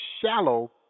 shallow